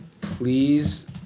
Please